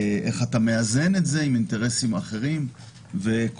איך מאזנים את זה מול אינטרסים אחרים ועוד.